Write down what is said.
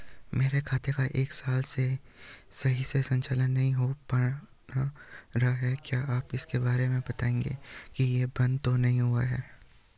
मेरे खाते का एक साल से सही से संचालन नहीं हो पाना रहा है क्या आप इसके बारे में बताएँगे कि ये बन्द तो नहीं हुआ है?